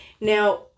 Now